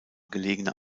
gelegene